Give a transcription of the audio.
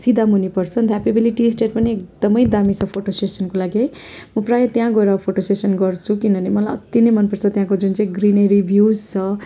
सिधा मुनि पर्छ अन्त हेप्पी भ्याली टी इस्टेट पनि एकदमै दामी छ फोटो सेसनको लागि म प्रायः त्यहाँ गएर फोटो सेसन गर्छु किनभने मलाई अति नै मनपर्छ त्यहाँको जुन चाहिँ ग्रिनेरी भ्युज छ